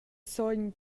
sogn